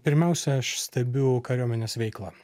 pirmiausia aš stebiu kariuomenės veiklą